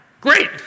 Great